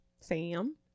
Sam